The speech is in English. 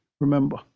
Remember